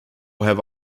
have